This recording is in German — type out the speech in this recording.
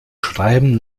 schreiben